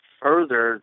further